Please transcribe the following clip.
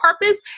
purpose